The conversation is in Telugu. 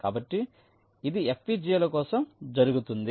కాబట్టి ఇది FPGA ల కోసం జరుగుతుంది